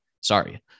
Sorry